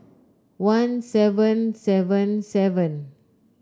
one seven seven seven